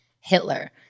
hitler